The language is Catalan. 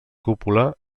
cúpula